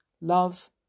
Love